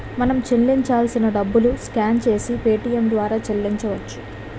మనం చెల్లించాల్సిన డబ్బులు స్కాన్ చేసి పేటియం ద్వారా చెల్లించవచ్చు